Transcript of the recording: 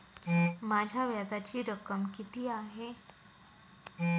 माझ्या व्याजाची रक्कम किती आहे?